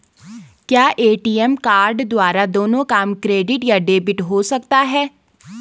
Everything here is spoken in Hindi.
क्या ए.टी.एम कार्ड द्वारा दोनों काम क्रेडिट या डेबिट हो सकता है?